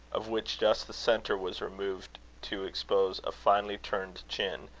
of which just the centre was removed to expose a finely-turned chin,